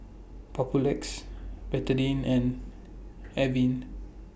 Papulex Betadine and Avene